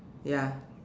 ya